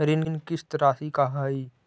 ऋण किस्त रासि का हई?